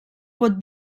pot